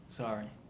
sorry